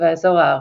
והאזור הארקטי.